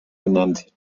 genannt